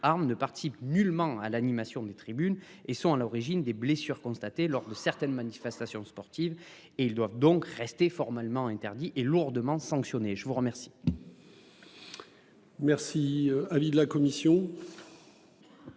armes ne participe nullement à l'animation des tribunes et sont à l'origine des blessures constatées lors de certaines manifestations sportives et ils doivent donc rester formellement interdit et lourdement sanctionné, je vous remercie.